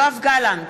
יואב גלנט,